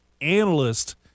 analyst